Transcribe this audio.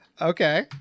Okay